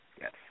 Yes